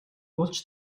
болж